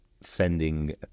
sending